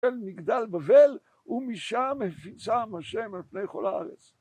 מגדל בבל ומשם הפיצם השם על פני כל הארץ